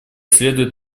следует